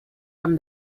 from